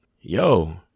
Yo